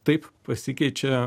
taip pasikeičia